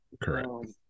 correct